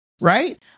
right